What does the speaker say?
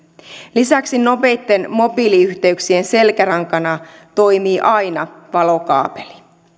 lisäksi nopeitten mobiiliyhteyksien selkärankana toimii aina valokaapeli